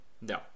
no